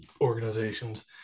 organizations